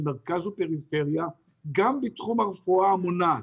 מרכז ופריפריה גם בתחום הרפואה המונעת.